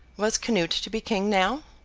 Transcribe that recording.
was canute to be king now?